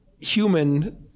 human